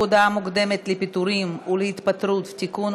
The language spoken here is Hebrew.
הודעה מוקדמת לפיטורים ולהתפטרות (תיקון,